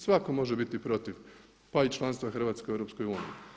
Svatko može biti protiv pa i članstva Hrvatske u EU.